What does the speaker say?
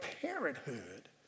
parenthood